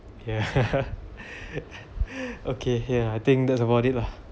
yeah okay yeah I think that's about it lah